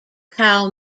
cow